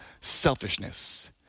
selfishness